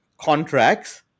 contracts